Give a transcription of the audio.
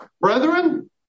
Brethren